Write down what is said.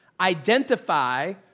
identify